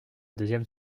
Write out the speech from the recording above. deuxième